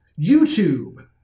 YouTube